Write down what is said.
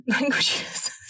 languages